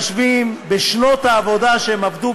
וצריך לעזור